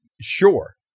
Sure